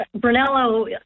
Brunello